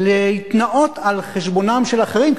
להתנאות על חשבונם של אחרים,